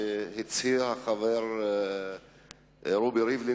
של החבר רובי ריבלין,